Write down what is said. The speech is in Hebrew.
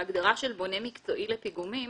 בהגדרה "בונה מקצועי לפיגומים",